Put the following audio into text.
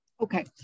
Okay